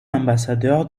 ambassadeurs